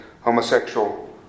homosexual